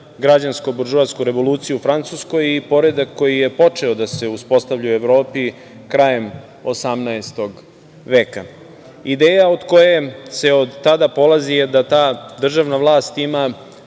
građansko buržoasku revoluciju u Francuskoj i poredak koji je počeo da se uspostavlja u Evropi krajem 18. veka. Ideja od koje se od tada polazi je ta da ta državna vlast ima